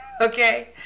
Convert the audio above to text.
Okay